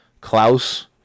Klaus